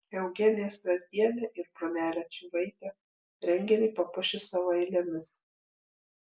eugenija strazdienė ir bronelė čyvaitė renginį papuošė savo eilėmis